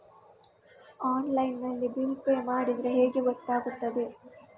Online ನಲ್ಲಿ bill pay ಮಾಡಿದ್ರೆ ಹೇಗೆ ಗೊತ್ತಾಗುತ್ತದೆ?